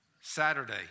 Saturday